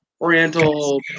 Oriental